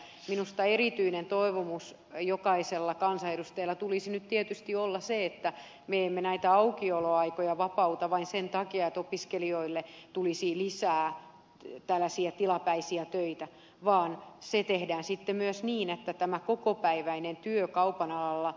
minusta erityinen toivomus jokaisella kansanedustajalla tulisi nyt tietysti olla se että me emme näitä aukioloaikoja vapauta vain sen takia että opiskelijoille tulisi lisää tällaisia tilapäisiä töitä vaan se tehdään sitten myös niin että tämä kokopäiväinen työ kaupan alalla lisääntyy